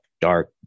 dark